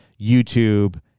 YouTube